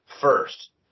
first